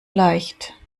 leicht